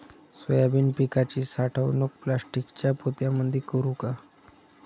Soybean पिकाची साठवणूक प्लास्टिकच्या पोत्यामंदी करू का?